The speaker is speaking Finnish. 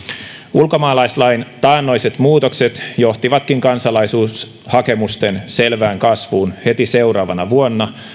ulkomaalaislain taannoiset muutokset johtivatkin kansalaisuushakemusten selvään kasvuun heti seuraavana vuonna